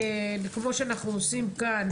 כמו שאנחנו עושים כאן,